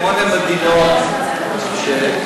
זה קיים, כבוד השר.